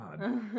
god